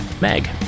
Meg